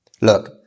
Look